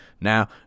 Now